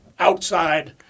outside